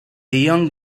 young